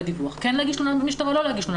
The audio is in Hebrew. כן להגיש תלונה במשטרה או לא,